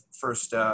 first